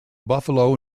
buffalo